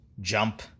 jump